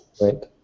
Right